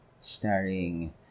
Starring